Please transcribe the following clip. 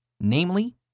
namely